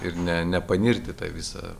ir ne nepanirt į tą visą